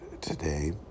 today